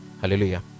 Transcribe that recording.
hallelujah